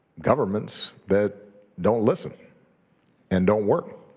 governments that don't listen and don't work.